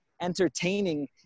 entertaining